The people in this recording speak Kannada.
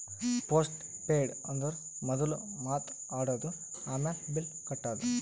ಪೋಸ್ಟ್ ಪೇಯ್ಡ್ ಅಂದುರ್ ಮೊದುಲ್ ಮಾತ್ ಆಡದು, ಆಮ್ಯಾಲ್ ಬಿಲ್ ಕಟ್ಟದು